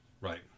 Right